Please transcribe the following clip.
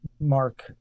Mark